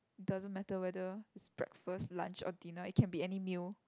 doesn't matter whether it's breakfast lunch or dinner it can be any meal